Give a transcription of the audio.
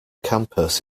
campus